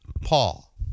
Paul